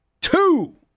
Two